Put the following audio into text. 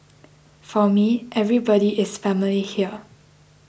for me everybody is family here